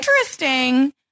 interesting